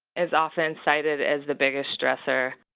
is often cited as the biggest stressor.